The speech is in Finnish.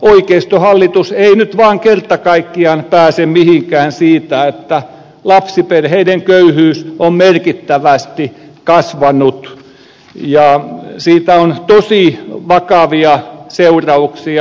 oikeistohallitus ei nyt vaan kerta kaikkiaan pääse mihinkään siitä että lapsiperheiden köyhyys on merkittävästi kasvanut ja siitä on tosi vakavia seurauksia